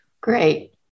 Great